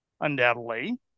undoubtedly